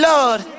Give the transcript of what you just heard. Lord